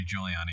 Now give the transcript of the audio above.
Giuliani